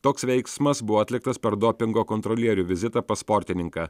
toks veiksmas buvo atliktas per dopingo kontrolierių vizitą pas sportininką